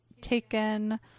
taken